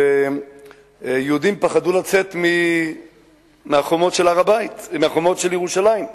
שיהודים פחדו לצאת מהחומות של ירושלים.